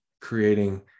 creating